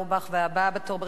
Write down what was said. הבאה בתור ברשימת הדוברים,